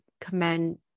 commend